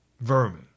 Vermin